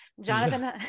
jonathan